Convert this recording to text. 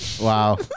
wow